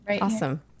Awesome